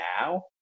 now